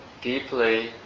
deeply